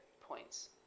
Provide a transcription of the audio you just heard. points